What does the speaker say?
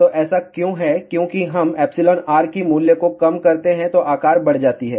तो ऐसा क्यों है कि क्योंकि हम εr की मूल्य को कम करते हैं तो आकार बढ़ जाती है